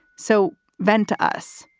so then to us,